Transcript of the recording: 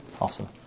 Awesome